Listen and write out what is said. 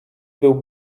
był